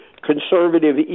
conservative